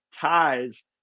ties